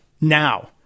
now